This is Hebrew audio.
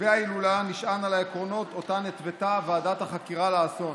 מתווה ההילולה נשען על העקרונות שאותם התוותה ועדת החקירה לאסון.